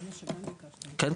זה מה שגם ביקשת --- כן,